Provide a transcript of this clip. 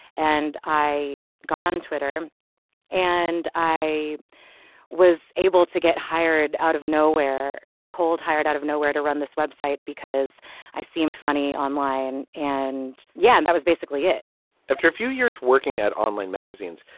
and i got on twitter and i was able to get hired out of nowhere called hired out of nowhere to run this web site because i seemed funny online and yeah and that was basically it after a few years working at online magazines.